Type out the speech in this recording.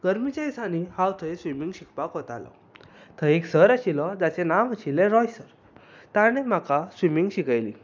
गरमेच्या दिसांनी हांव थंय स्विमींग शिकपाक वतालों थंय एक सर आशिल्लो जाचें नांव आशिल्लें राॅय सर ताणें म्हाका स्विमींग शिकयली